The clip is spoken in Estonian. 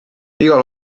igal